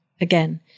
again